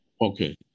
Okay